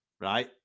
right